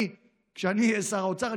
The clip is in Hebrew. כשאני אהיה שר האוצר,